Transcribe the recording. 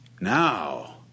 Now